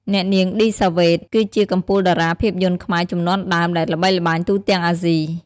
អ្នកនាង ឌី សាវ៉េត គឺជាកំពូលតារាភាពយន្តខ្មែរជំនាន់ដើមដែលល្បីល្បាញទូទាំងអាស៊ី។